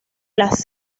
las